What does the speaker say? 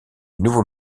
nouveau